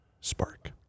spark